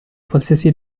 qualsiasi